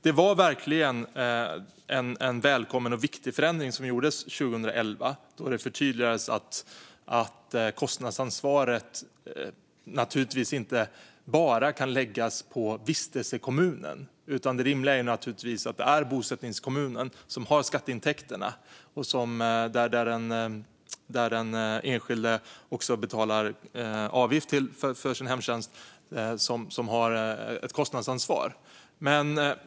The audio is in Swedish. Det var verkligen en välkommen och viktig förändring som gjordes 2011 då det förtydligades att kostnadsansvaret naturligtvis inte bara kan läggas på vistelsekommunen, utan det rimliga är att det är bosättningskommunen, som har skatteintäkterna, där den enskilde betalar avgift för hemtjänst, som har ett kostnadsansvar.